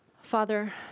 Father